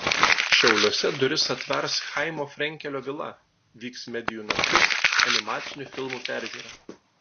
šiauliuose duris atvers chaimo frenkelio vila vyks medijų naktis animacinių filmų peržiūra